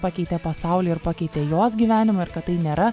pakeitė pasaulį ir pakeitė jos gyvenimą ir kad tai nėra